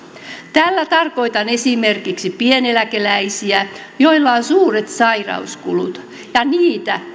tällä tarkoitan esimerkiksi pieneläkeläisiä joilla on suuret sairauskulut ja niitä